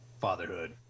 fatherhood